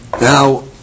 Now